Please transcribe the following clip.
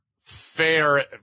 fair